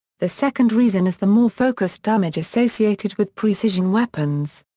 the second reason is the more-focused damage associated with precision weapons.